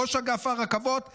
ראש אגף הרכבות עזב,